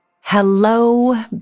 Hello